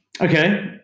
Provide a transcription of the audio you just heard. Okay